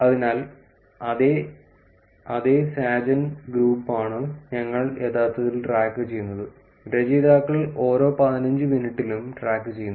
അതിനാൽ അതേ സാജൻ ഗ്രൂപ്പാണ് ഞങ്ങൾ യഥാർത്ഥത്തിൽ ട്രാക്കുചെയ്യുന്നത് രചയിതാക്കൾ ഓരോ 15 മിനിറ്റിലും ട്രാക്കുചെയ്യുന്നു